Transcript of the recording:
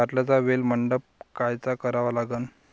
कारल्याचा वेल मंडप कायचा करावा लागन?